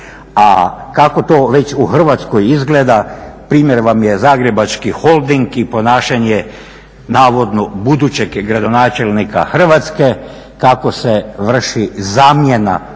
A kako to već u Hrvatskoj izgleda, primjer vam je Zagrebački Holding i ponašanje navodno budućeg gradonačelnika Hrvatske kako se vrši zamjena postojećih